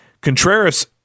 Contreras